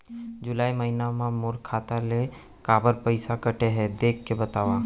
जुलाई महीना मा मोर खाता ले काबर पइसा कटे हे, देख के बतावव?